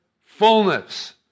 fullness